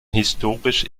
historisch